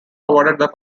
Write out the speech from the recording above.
awarded